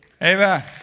Amen